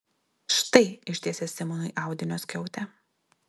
štai ištiesė simonui audinio skiautę